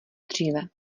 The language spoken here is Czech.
dříve